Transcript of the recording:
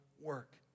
work